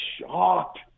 shocked